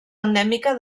endèmica